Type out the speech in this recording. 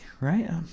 Right